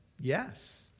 Yes